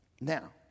Now